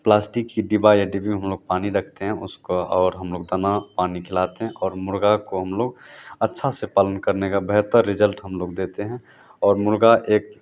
plastic के डिब्बा या डिब्बी में हम लोग पानी रखते हैं उसको और हम लोग दाना पानी खिलाते हैं और मुर्ग़ा को हम लोग अच्छा से पालन करने का बेहतर रिजल्ट हम लोग देते हैं और मुर्ग़ा एक